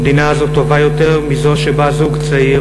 המדינה הזאת טובה יותר מזו שבה זוג צעיר